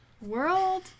World